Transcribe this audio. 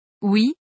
Oui